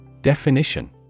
Definition